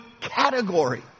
category